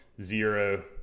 zero